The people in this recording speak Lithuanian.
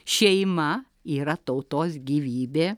šeima yra tautos gyvybė